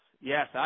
yes